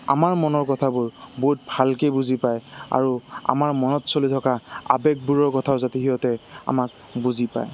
আমাৰ মনৰ কথাবোৰ বহুত ভালকে বুজি পায় আৰু আমাৰ মনত চলি থকা আৱেগবোৰৰ কথাও যাতি সিহঁতে আমাক বুজি পায়